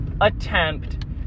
attempt